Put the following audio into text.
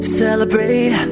celebrate